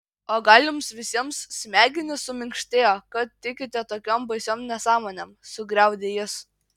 o gal jums visiems smegenys suminkštėjo kad tikite tokiom baisiom nesąmonėm sugriaudė jis